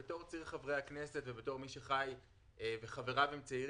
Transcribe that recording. בתור צעיר חברי הכנסת ובתור מי שחבריו הם צעירים,